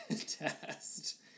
test